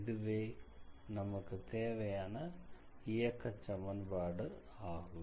இதுவே நமக்குத் தேவையான இயக்கச் சமன்பாடு ஆகும்